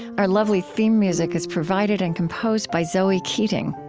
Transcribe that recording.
our lovely theme music is provided and composed by zoe keating.